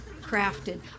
crafted